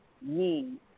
need